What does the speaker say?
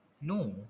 no